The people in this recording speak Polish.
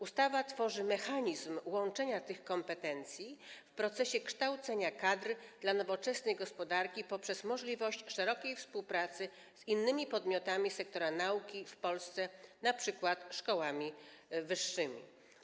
Ustawa tworzy mechanizm łączenia tych kompetencji w procesie kształcenia kadr dla nowoczesnej gospodarki poprzez możliwość szerokiej współpracy z innymi podmiotami sektora nauki w Polsce, np. szkołami wyższymi.